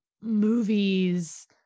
movies